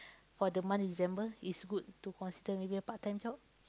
for the month of December is good to consider maybe a part-time job